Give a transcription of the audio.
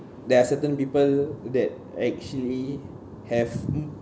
there are certain people that actually have